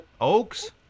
Oaks